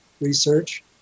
research